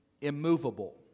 immovable